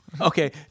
Okay